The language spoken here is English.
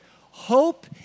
Hope